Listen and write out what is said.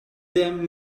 them